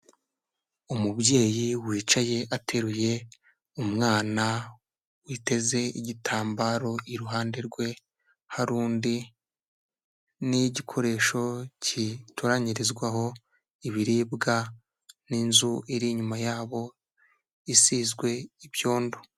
Umubyeyi wicaye ateruye umwana, witeze igitambaro, iruhande rwe hari undi, n'igikoresho gitoranyirizwaho ibiribwa, n'inzu iri inyuma yabo isizwe ibyondo.